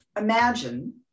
imagine